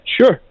sure